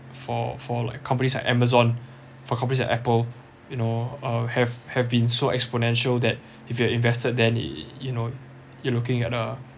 for for like companies like amazon for companies like apple you know uh have have been so exponential that if you have invested then you know you're looking at uh